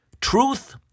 truth